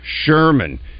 Sherman